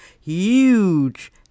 huge